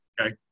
okay